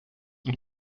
und